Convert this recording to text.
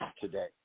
today